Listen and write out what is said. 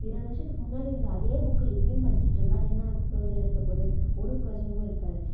இருபது வருஷத்துக்கு முன்னாடி இருந்த அதே புக்க இப்போயும் படிச்சிட்டு இருந்தால் என்ன பிரோஜனம் இருக்கற போது ஒரு பிரோஜனமும் இருக்காது